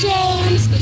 James